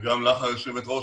וגם לך, היושבת ראש.